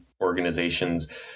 organizations